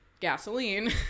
gasoline